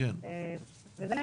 --- שלב